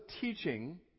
teaching